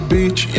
Beach